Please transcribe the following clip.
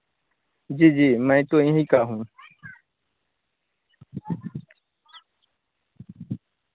जी जी मैं तो यहीं का हूँ